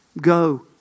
Go